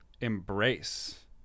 embrace